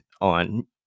on